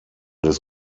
des